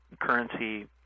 currency